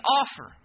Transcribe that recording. offer